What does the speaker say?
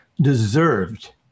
deserved